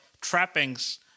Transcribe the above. trappings